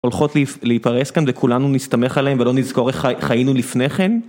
הולכות להיפרש כאן לכולנו נסתמך עליהם ולא נזכור איך חיינו לפני כן